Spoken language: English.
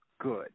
good